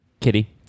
Kitty